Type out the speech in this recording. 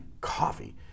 coffee